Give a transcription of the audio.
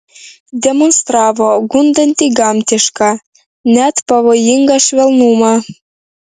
demonstravo gundantį gamtišką net pavojingą švelnumą